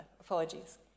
Apologies